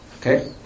Okay